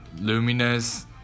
luminous